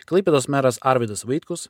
klaipėdos meras arvydas vaitkus